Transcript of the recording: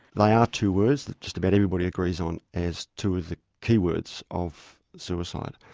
they are two words that just about everybody agrees on as two of the key words of suicide,